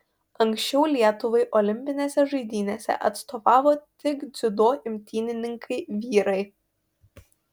anksčiau lietuvai olimpinėse žaidynėse atstovavo tik dziudo imtynininkai vyrai